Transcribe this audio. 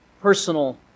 personal